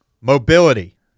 Mobility